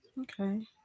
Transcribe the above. Okay